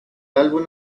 álbum